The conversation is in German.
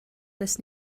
das